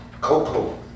coco